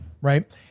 Right